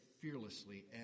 fearlessly